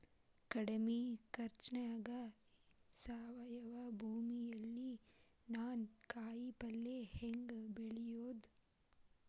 ಕಡಮಿ ಖರ್ಚನ್ಯಾಗ್ ಸಾವಯವ ಭೂಮಿಯಲ್ಲಿ ನಾನ್ ಕಾಯಿಪಲ್ಲೆ ಹೆಂಗ್ ಬೆಳಿಯೋದ್?